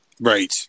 right